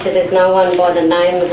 there's no one by the name